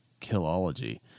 killology